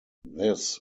this